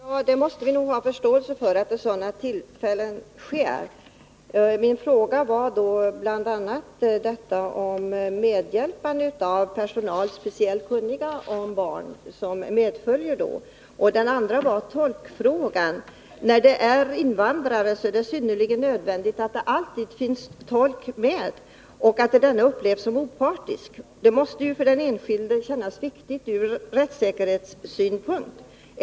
Herr talman! Vi måste nog ha förståelse för att polishämtning förekommer vid sådana tillfällen. Min ena fråga var om medhjälpande personal med speciell kunskap om barn då medföljer. Den andra frågan gällde tolkhjälp. För invandrare är det synnerligen nödvändigt att det alltid finns tolk med och att denna upplevs som opartisk. Det måste för den enskilde kännas riktigt ur rättssäkerhetssynpunkt.